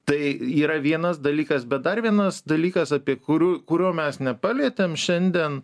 tai yra vienas dalykas bet dar vienas dalykas apie kurių kurio mes nepalietėm šiandien